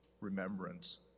remembrance